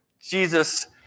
Jesus